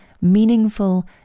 meaningful